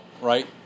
right